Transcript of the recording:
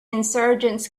insurgents